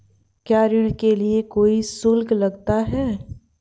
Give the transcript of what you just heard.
क्या ऋण के लिए कोई शुल्क लगता है?